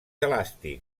elàstic